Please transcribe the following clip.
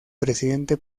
presidente